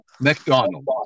McDonald